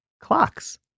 Clocks